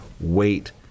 wait